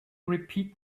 repeat